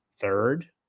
third